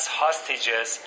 hostages